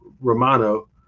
Romano